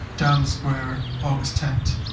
dam square, august ten.